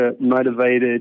motivated